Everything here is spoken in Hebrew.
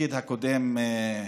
בתפקיד הקודם,